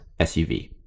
SUV